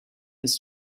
his